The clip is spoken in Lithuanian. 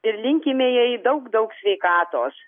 ir linkime jai daug daug sveikatos